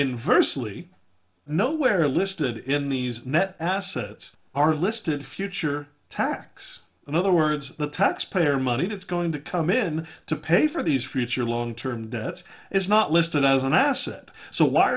inversely nowhere listed in these net assets are listed future tax in other words the taxpayer money that's going to come in to pay for these creates your long term debts is not listed as an asset so why